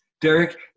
Derek